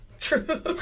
True